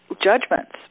judgments